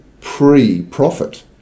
pre-profit